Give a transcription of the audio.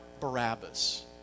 Barabbas